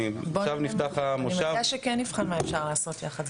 עכשיו נפתח המושב --- אני מציעה שנבחן מה אפשר לעשות יחד,